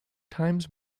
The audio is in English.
times